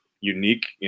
unique